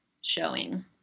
showing